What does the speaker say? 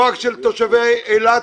לא רק של תושבי אילת,